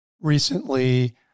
Recently